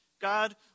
God